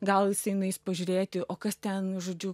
gal jisai nueis pažiūrėti o kas ten žodžiu